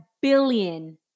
billion